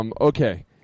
Okay